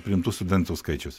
priimtų studentų skaičius